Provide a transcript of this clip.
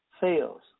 Fails